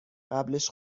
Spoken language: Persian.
قبلش